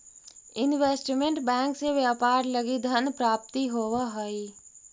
investment bank से व्यापार लगी धन प्राप्ति होवऽ हइ